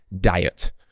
diet